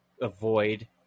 avoid